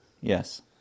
Yes